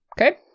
Okay